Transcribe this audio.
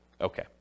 Okay